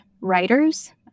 writers